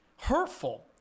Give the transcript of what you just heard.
hurtful